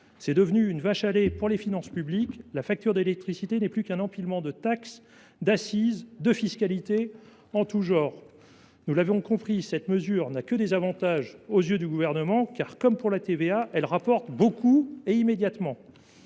est devenue une vache à lait pour les finances publiques. La facture d’électricité n’est plus qu’un empilement de taxes, d’accises, de fiscalités en tout genre. Nous l’avons compris, cette mesure n’a que des avantages aux yeux du Gouvernement. En effet, comme pour la TVA, elle rapporte beaucoup et immédiatement.